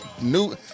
New